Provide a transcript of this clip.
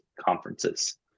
conferences